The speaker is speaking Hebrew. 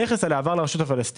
המכס עליה עבר לרשות הפלסטינית.